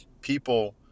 people